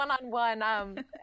one-on-one